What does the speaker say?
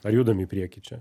ar judam į priekį čia